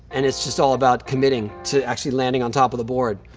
and it's just all about committing to actually landing on top of the board.